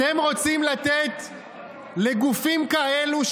אתם רוצים לתת לגופים כאלה,